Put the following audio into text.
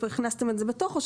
והכנסתם את זה בתוכו.